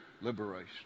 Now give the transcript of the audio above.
liberation